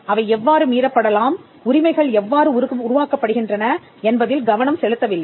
அவை எவ்வாறு மீறப்படலாம் உரிமைகள் எவ்வாறு உருவாக்கப்படுகின்றன என்பதில் கவனம் செலுத்தவில்லை